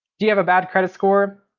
do you have a bad credit score?